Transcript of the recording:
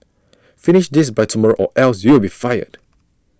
finish this by tomorrow or else you'll be fired